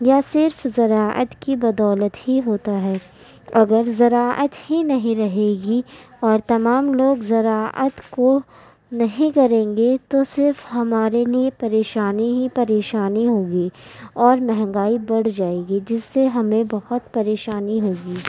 یا صرف زراعت کی بدولت ہی ہوتا ہے اگر زراعت ہی نہیں رہے گی اور تمام لوگ زراعت کو نہیں کریں گے تو صرف ہمارے لیے پریشانی ہی پریشانی ہوگی اور مہنگائی بڑھ جائے گی جس سے ہمیں بہت پریشانی ہوگی